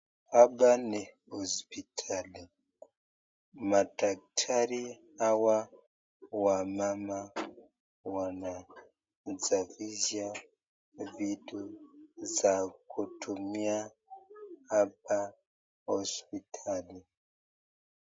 Hapa ni hospitali, madaktari hawa wamama wanasafisha vitu za kutumia hapa hospitali.